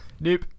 Nope